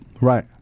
Right